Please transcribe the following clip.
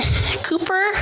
Cooper